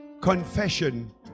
confession